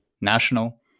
national